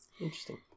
interesting